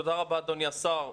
תודה רבה אדוני השר.